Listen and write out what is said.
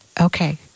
Okay